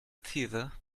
theater